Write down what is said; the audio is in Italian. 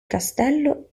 castello